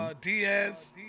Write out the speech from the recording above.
Diaz